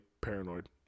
paranoid